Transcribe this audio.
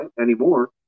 Anymore